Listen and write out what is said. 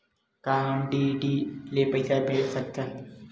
का हम डी.डी ले पईसा भेज सकत हन?